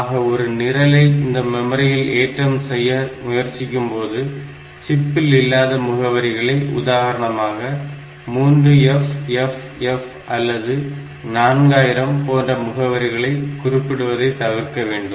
ஆக ஒரு நிரலை இந்த மெமரியில் ஏற்றம் செய்ய முயற்சிக்கும்போது சிப்பில் இல்லாத முகவரிகளை உதாரணமாக 3FFF அல்லது 4000 போன்ற முகவரிகளை குறிப்பிடுவதை தவிர்க்க வேண்டும்